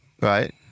Right